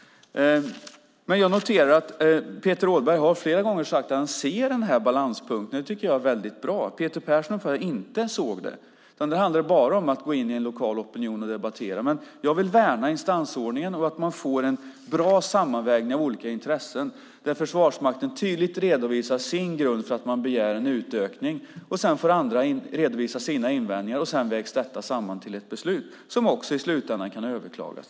Jag noterar att Peter Rådberg flera gånger har sagt att han ser denna balanspunkt. Det tycker jag är bra. Jag uppfattar inte att Peter Persson såg den. Där handlar det bara om att gå in i en lokal opinion och debattera. Jag vill värna instansordningen och att man får en bra sammanvägning av olika intressen där Försvarsmakten tydligt redovisar sin grund för att man begär en utökning. Sedan får andra redovisa sina invändningar, och sedan vägs detta samman till ett beslut som också i slutändan kan överklagas.